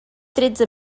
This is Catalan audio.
tretze